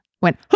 went –